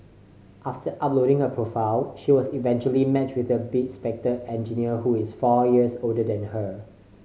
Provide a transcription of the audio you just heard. after uploading her profile she was eventually matched with a bespectacled engineer who is four years older than her